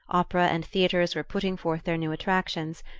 opera and theatres were putting forth their new attractions,